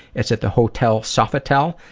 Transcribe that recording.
it's at the hotel sofitel,